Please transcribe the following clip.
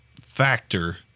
factor